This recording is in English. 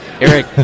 Eric